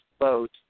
vote